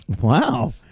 Wow